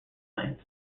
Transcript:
land